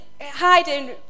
hiding